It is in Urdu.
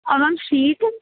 اور ہم شیٹ